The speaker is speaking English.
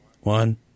One